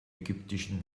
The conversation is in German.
ägyptischen